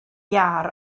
iâr